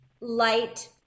light